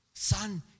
Son